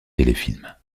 téléfilms